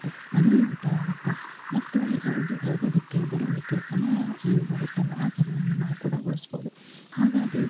ಸಮಯ ಉಳಿತಾಯ ಆಗುತ್ತೆ ಮಕ್ಳು ಅಲ್ಲಿ ಹೋಗಿ ಹೋಗುವುದಕ್ಕೆ ಬರೋದಕ್ಕೆ ಸಮಯ ಏನು ಹೋಗುತ್ತಲ್ಲ ಆ ಸಮಯನ ನಾವು ಕೂಡ ಉಳ್ಸ್ಬೋದು ಹಾಗಾಗಿ